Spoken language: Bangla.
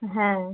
হ্যাঁ